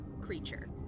creature